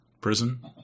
prison